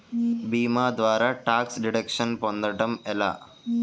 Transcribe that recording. భీమా ద్వారా tax deduction పొందటం ఎలా?